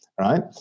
right